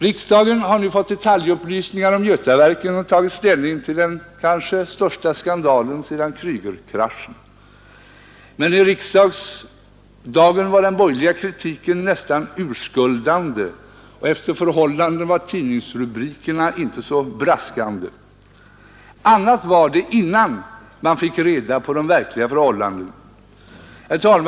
Riksdagen har nu fått detaljupplysningar om Götaverken och tagit ställning till den kanske största skandalen sedan Kreugerkraschen. Men i riksdagen var den borgerliga kritiken nästan urskuldande, och efter förhållandena var tidningsrubrikerna inte så braskande. Annat var det, innan man fick reda på de verkliga förhållandena.